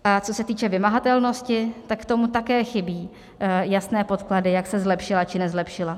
A co se týče vymahatelnosti, tak tomu také chybí jasné podklady, jak se zlepšila, či nezlepšila.